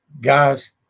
Guys